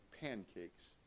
pancakes